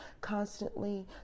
constantly